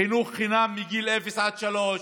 חינוך חינם מגיל אפס עד שלוש,